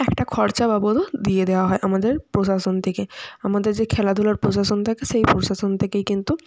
একটা খরচা বাবদও দিয়ে দেওয়া হয় আমাদের প্রশাসন থেকে আমাদের যে খেলাধুলার প্রশাসন থাকে সেই প্রশাসন থেকেই কিন্তু